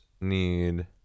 need